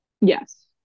Yes